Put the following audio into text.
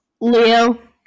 Leo